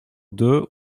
deux